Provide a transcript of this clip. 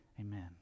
Amen